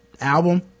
album